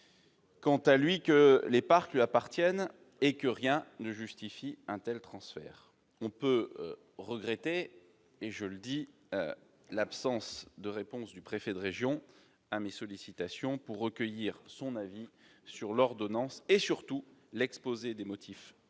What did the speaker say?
quant à lui, que les parcs lui appartiennent et que rien ne justifie un tel transfert. On peut regretter l'absence de réponse du préfet de région à mes sollicitations pour recueillir son avis sur l'ordonnance, et surtout l'exposé des motifs très